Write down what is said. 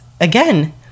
again